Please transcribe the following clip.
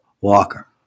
Walker